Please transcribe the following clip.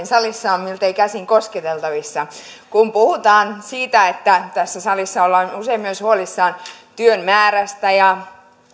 salissa on miltei käsin kosketeltavissa kun puhutaan siitä että tässä salissa ollaan usein myös huolissaan työn määrästä ja